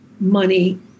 Money